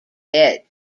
dead